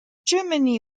germany